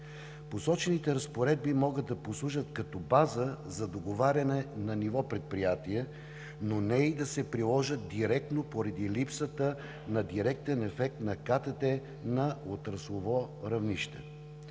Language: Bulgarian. Посочените разпоредби могат да послужат като база за договаряне на ниво предприятие, но не и да се приложат директно поради липсата на директен ефект на КТД на отраслово равнище.